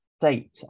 state